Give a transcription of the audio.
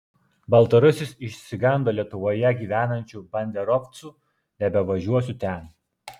baltarusis išsigando lietuvoje gyvenančių banderovcų nebevažiuosiu ten